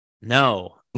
No